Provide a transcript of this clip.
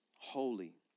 holy